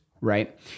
right